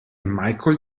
michael